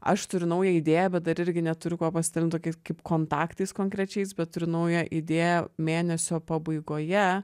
aš turiu naują idėją bet dar irgi neturiu kuo pasidalint tokias kaip kontaktais konkrečiais bet turiu naują idėją mėnesio pabaigoje